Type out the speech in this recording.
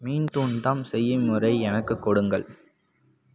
மீன் துண்டம் செய்யும் முறை எனக்குக் கொடுங்கள்